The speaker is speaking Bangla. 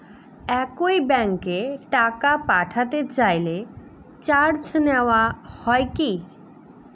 একই ব্যাংকে টাকা পাঠাতে চাইলে চার্জ নেওয়া হয় কি?